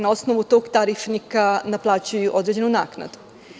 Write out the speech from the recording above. Na osnovu tog tarifnika naplaćuju određenu naknadu.